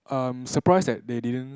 um surprised that they didn't